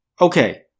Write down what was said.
Okay